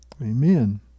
Amen